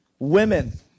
Women